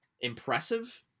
impressive